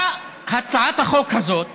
באה הצעת החוק הזאת